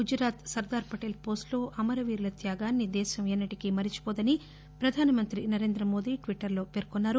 గుజరాత్ సర్దార్ పోస్టులో అమరవీరుల త్యాగాన్ని దేశం ఎన్నటికీ మరిచిపోదని ప్రధానమంత్రి నరేంద్ర మోదీ ట్విట్టర్లో పేర్కొన్నారు